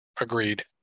Agreed